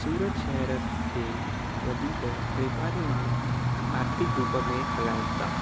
सूरत शहर खे वधीक वापारी माण्हू आर्थिक रूप में हलाइनि था